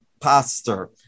pastor